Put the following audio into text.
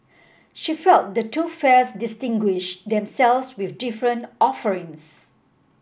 she felt the two fairs distinguish themselves with different offerings